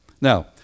now